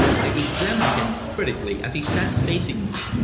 i examined him critically as he sat facing me,